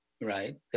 Right